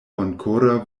bonkora